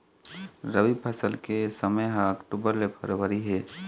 रबी फसल के समय ह अक्टूबर ले फरवरी हे